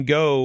go